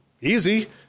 easy